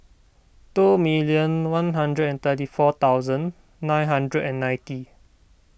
two minute one hundred and thirty four thousand nine hundred and ninety